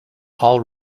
all